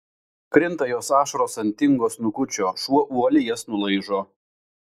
krinta jos ašaros ant tingo snukučio šuo uoliai jas nulaižo